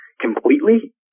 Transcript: completely